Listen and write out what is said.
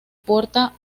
porta